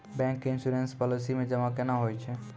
Bank के insurance policy मे जमा केना होय छै?